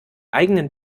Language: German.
eigenen